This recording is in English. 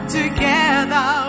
together